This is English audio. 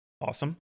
Awesome